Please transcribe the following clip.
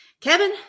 Kevin